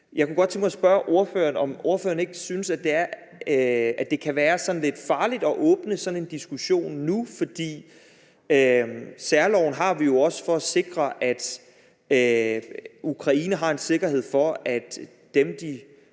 Jeg kunne godt tænke mig at spørge ordføreren, om han ikke synes, at det kan være sådan lidt farligt at åbne sådan en diskussion nu, for særloven har vi jo også for at sikre, at Ukraine har en sikkerhed for, at dem, der